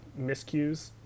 miscues